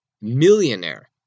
millionaire